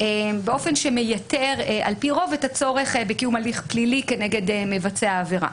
באופן שעל פי רוב מייתר את הצורך בקיום הליך פלילי כנגד מבצע העבירה.